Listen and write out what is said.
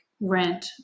rent